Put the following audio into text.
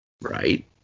right